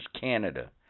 canada